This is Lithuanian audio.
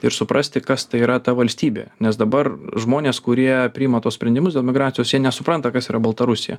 ir suprasti kas tai yra ta valstybė nes dabar žmonės kurie priima tuos sprendimus dėl migracijos jie nesupranta kas yra baltarusija